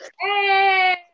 hey